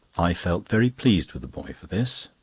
i felt very pleased with the boy for this.